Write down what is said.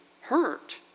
hurt